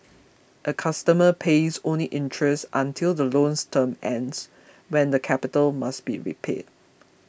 a customer pays only interest until the loan's term ends when the capital must be repaid